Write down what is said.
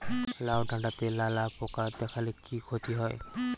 লাউ ডাটাতে লালা পোকা দেখালে কি ক্ষতি হয়?